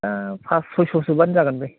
दा पास सयस'बानो जागोन बे